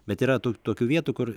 bet yra tų tokių vietų kur